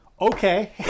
okay